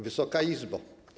Wysoka Izbo!